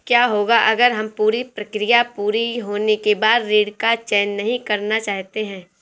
क्या होगा अगर हम पूरी प्रक्रिया पूरी होने के बाद ऋण का चयन नहीं करना चाहते हैं?